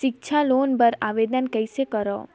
सिक्छा लोन बर आवेदन कइसे करव?